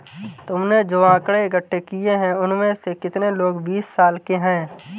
तुमने जो आकड़ें इकट्ठे किए हैं, उनमें से कितने लोग बीस साल के हैं?